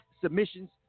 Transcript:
submissions